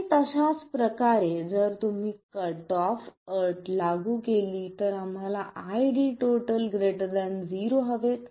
आणि तशाच प्रकारे जर तुम्ही कट ऑफ अट लागू केली तर आम्हाला ID ≥ 0 हवेत